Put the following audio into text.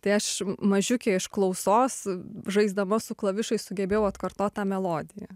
tai aš mažiukė iš klausos žaisdama su klavišais sugebėjau atkartot tą melodiją